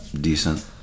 decent